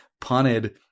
punted